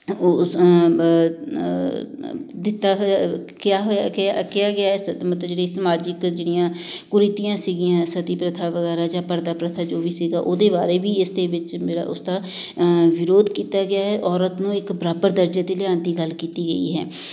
ਉਸ ਦਿੱਤਾ ਹੋਇਆ ਕਿਆ ਹੋਇਆ ਕਿ ਕਿਹਾ ਗਿਆ ਸ ਮਤਲਬ ਜਿਹੜੀ ਸਮਾਜਿਕ ਜਿਹੜੀਆਂ ਕੁਰੀਤੀਆਂ ਸੀਗੀਆਂ ਸਤੀ ਪ੍ਰਥਾ ਵਗੈਰਾ ਜਾਂ ਪਰਦਾ ਪ੍ਰਥਾ ਜੋ ਵੀ ਸੀਗਾ ਉਹਦੇ ਬਾਰੇ ਵੀ ਇਸਦੇ ਵਿੱਚ ਜਿਹੜਾ ਉਸਦਾ ਵਿਰੋਧ ਕੀਤਾ ਗਿਆ ਹੈ ਔਰਤ ਨੂੰ ਇੱਕ ਬਰਾਬਰ ਦਰਜੇ 'ਤੇ ਲਿਆਉਣ ਦੀ ਗੱਲ ਕੀਤੀ ਗਈ ਹੈ